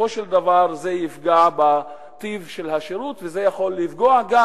בסופו של דבר זה יפגע בטיב השירות וזה יכול לפגוע גם,